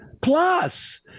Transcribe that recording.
Plus